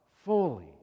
Fully